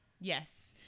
Yes